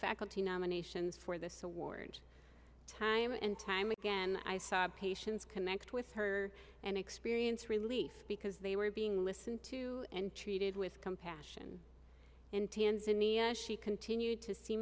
faculty nominations for this award time and time again i sobbed patients connect with her and experience relief because they were being listened to and treated with compassion in tanzania she continued to se